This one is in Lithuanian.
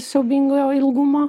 siaubingojo ilgumo